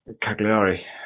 Cagliari